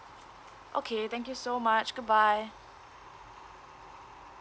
okay thank you so much goodbye